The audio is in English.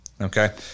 Okay